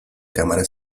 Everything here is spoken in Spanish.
cámara